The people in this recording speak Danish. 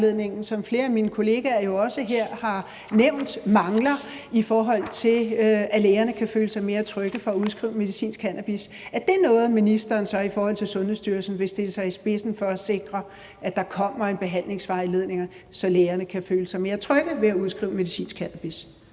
som flere af mine kolleger her jo også har nævnt mangler, i forhold til at lægerne kan føle sig mere trygge ved at udskrive medicinsk cannabis. Er det noget, som ministeren så i forhold til Sundhedsstyrelsen vil stille sig i spidsen for at sikre, altså at der kommer en behandlingsvejledning, så lægerne kan føle sig trygge ved at udskrive medicinsk cannabis?